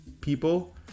people